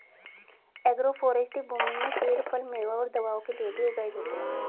agroforestry भूमि में पेड़ फल, मेवों और दवाओं के लिए भी उगाए जाते है